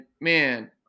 man